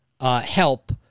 help